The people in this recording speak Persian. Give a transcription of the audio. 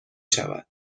شود